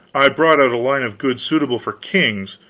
i brought out a line of goods suitable for kings,